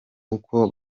uko